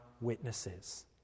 witnesses